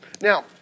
Now